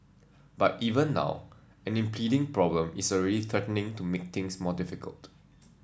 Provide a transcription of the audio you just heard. but even now an impending problem is already threatening to make things more difficult